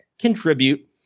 contribute